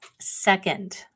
Second